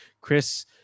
Chris